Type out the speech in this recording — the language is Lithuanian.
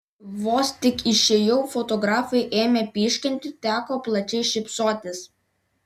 vos tik išėjau fotografai ėmė pyškinti teko plačiai šypsotis